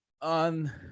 on